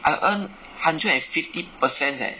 I earn hundred and fifty per cent leh